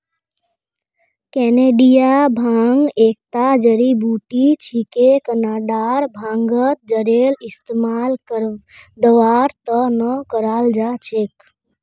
Canadian भांग एकता जड़ी बूटी छिके कनाडार भांगत जरेर इस्तमाल दवार त न कराल जा छेक